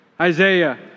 Isaiah